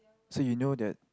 so you know that